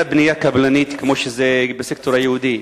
בנייה קבלנית כמו שזה בסקטור היהודי: